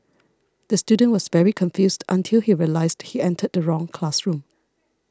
the student was very confused until he realised he entered the wrong classroom